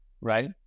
right